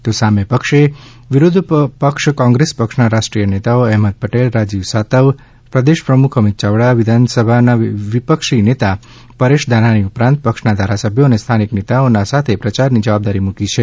તો સામે પક્ષે વિરોધપક્ષ કોંગ્રેસ પક્ષના રાષ્ટ્રીયીય નેતાઓ શ્રી અહેમદ પટેલ શ્રી રાજીવ સાતવ પ્રદેશપ્રમુખ અમિત યાવડા વિધાનસભાના વિપક્ષીનેતા પરેશ ધાનાણી ઉપરાંત પક્ષના ધારાસભ્યો અને સ્થાનિક નેતાઓના સાથે પ્રયારની જવાબદારી મૂકી છે